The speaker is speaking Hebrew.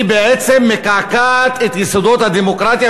היא בעצם מקעקעת את יסודות הדמוקרטיה,